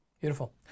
Beautiful